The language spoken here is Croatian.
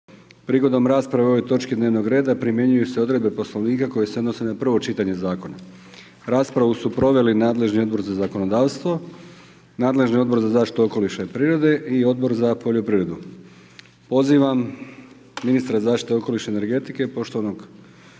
Prigodom rasprave o ovoj točki dnevnog reda primjenjuju se odredbe Poslovnika koje se odnose na prvo čitanje zakona. Raspravu su proveli nadležni Odbor za zakonodavstvo, nadležni Odbor za zaštitu okoliša i prirode i Odbor za poljoprivredu. Pozivam ministra zaštite okoliša i energetike, poštovanog